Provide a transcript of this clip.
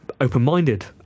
open-minded